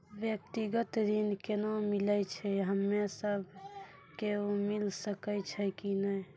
व्यक्तिगत ऋण केना मिलै छै, हम्मे सब कऽ मिल सकै छै कि नै?